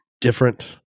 different